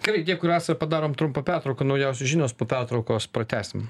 gerai dėkui rasa padarom trumpą pertrauką naujausios žinios po pertraukos pratęsim